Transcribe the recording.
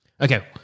Okay